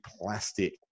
plastic